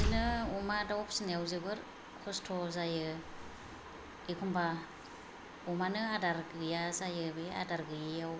बिदिनो अमा दाउ फिसिनायाव जोबोर खस्थ' जायो एखम्बा अमानो आदार गैया जायो बे आदार गैयियाव